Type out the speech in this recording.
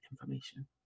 information